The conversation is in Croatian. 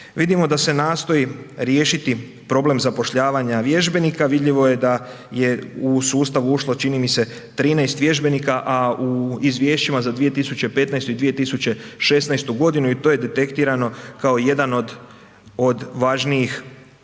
Vidimo da se nastoji riješiti problem zapošljavanja vježbenika. Vidljivo je da je u sustav ušlo čini mi se 13 vježbenika, a u izvješćima za 2015. i 2016. godinu i to je detektirano kao jedan od, od važnijih,